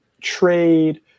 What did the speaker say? trade